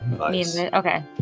Okay